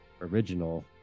original